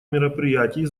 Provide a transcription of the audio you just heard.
мероприятий